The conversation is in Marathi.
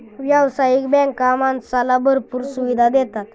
व्यावसायिक बँका माणसाला भरपूर सुविधा देतात